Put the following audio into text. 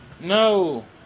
No